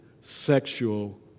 sexual